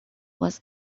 was